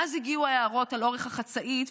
ואז הגיעו ההערות על אורך החצאית,